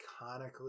iconically